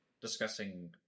discussing